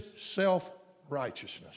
Self-righteousness